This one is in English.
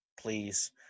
please